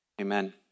amen